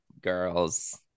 girls